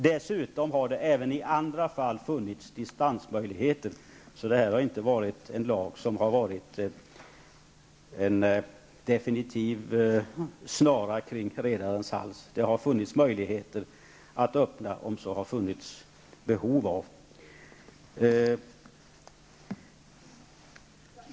Dessutom har det i andra fall funnits dispensmöjligheter, så lagen har inte varit någon definitiv snara kring redarens hals.